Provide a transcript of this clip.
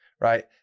Right